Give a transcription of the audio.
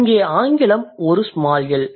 இங்கே ஆங்கிலம் ஒரு ஸ்மால் எல்